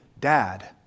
Dad